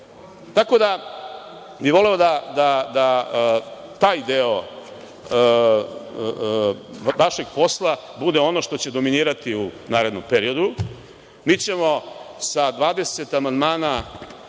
Tako da bih voleo da taj deo vašeg posla bude ono što će dominirati u narednom periodu. Mi ćemo sa 23 amandmana